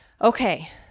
okay